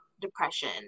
depression